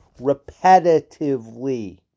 repetitively